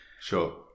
Sure